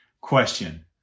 question